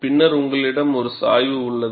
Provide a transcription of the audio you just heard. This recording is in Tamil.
பின்னர் உங்களிடம் ஒரு சாய்வு உள்ளது